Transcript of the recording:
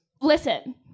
Listen